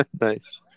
nice